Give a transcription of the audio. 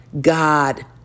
God